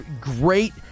great